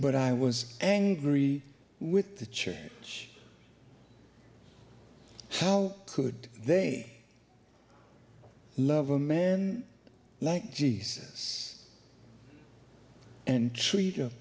but i was angry with the church how could they love a man like jesus and treat of